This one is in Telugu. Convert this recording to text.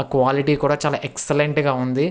ఆ క్వాలిటీ కూడా చాలా ఎక్సలెంట్గా ఉందీ